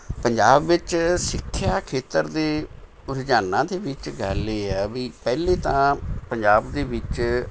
ਪੰਜਾਬ ਵਿੱਚ ਸਿੱਖਿਆ ਖੇਤਰ ਦੇ ਰੁਝਾਨਾਂ ਦੇ ਵਿੱਚ ਗੱਲ ਇਹ ਹੈ ਵੀ ਪਹਿਲੇ ਤਾਂ ਪੰਜਾਬ ਦੇ ਵਿੱਚ